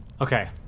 Okay